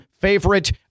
favorite